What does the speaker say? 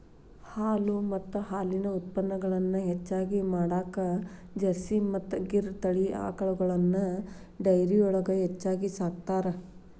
ಹಾಲು ಮತ್ತ ಹಾಲಿನ ಉತ್ಪನಗಳನ್ನ ಹೆಚ್ಚಗಿ ಮಾಡಾಕ ಜರ್ಸಿ ಮತ್ತ್ ಗಿರ್ ತಳಿ ಆಕಳಗಳನ್ನ ಡೈರಿಯೊಳಗ ಹೆಚ್ಚಾಗಿ ಸಾಕ್ತಾರ